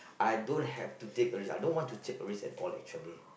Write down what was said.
I don't have to take risk I don't want to take risk at all actually